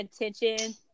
attention